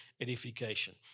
edification